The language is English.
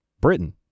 Britain